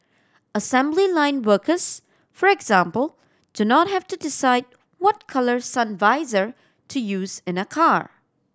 assembly line workers for example do not have to decide what colour sun visor to use in a car